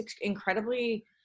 incredibly